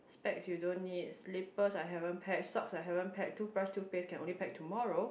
specs you don't need slippers I haven't packed socks I haven't packed toothbrush toothpaste can only pack tomorrow